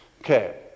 Okay